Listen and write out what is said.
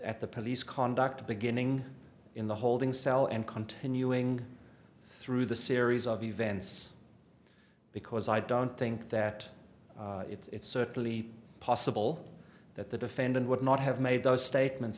at the police conduct beginning in the holding cell and continuing through the series of events because i don't think that it's certainly possible that the defendant would not have made those statements